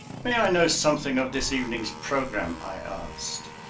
may i know something of this evening's program? i asked.